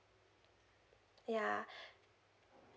yeah